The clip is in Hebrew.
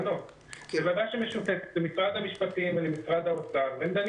זו ועדה משותפת למשרד המשפטים ולמשרד האוצר והיא דנה